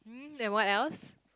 mm and what else